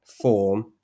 form